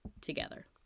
together